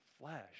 flesh